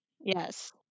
Yes